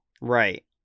right